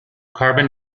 carbon